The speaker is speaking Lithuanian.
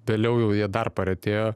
vėliau jau jie dar praretėjo